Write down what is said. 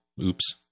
Oops